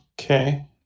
Okay